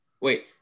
Wait